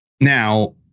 Now